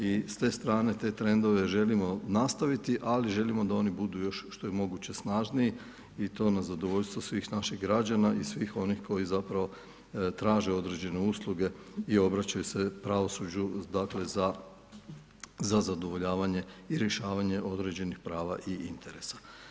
I s te strane te trendove želimo nastaviti ali želimo da oni budu još što je moguće snažniji i to na zadovoljstvo svih naših građana i svih onih koji zapravo traže određene usluge i obraćaju se pravosuđu dakle za zadovoljavanje i rješavanje određenih prava i interesa.